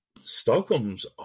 Stockholm's